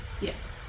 Yes